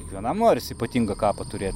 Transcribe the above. kiekvienam norisi ypatingą kapą turėt